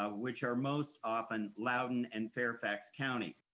ah which are most often loudoun and fairfax county.